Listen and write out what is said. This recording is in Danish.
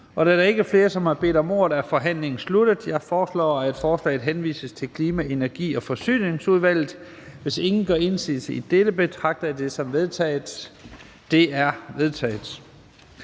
Da der ikke er flere, som har bedt om ordet, er forhandlingen sluttet. Jeg foreslår, at lovforslaget henvises til Kirkeudvalget. Hvis ingen gør indsigelse, betragter jeg det som vedtaget. Det er vedtaget.